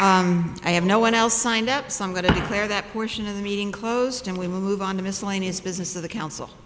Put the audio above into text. you i have no one else signed up some going to clear that portion of the meeting closed and we move on to miscellaneous business of the council